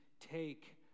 take